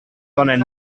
donen